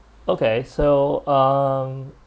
okay so um